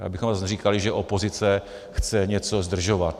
Abychom zase neříkali, že opozice chce něco zdržovat.